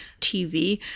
TV